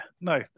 no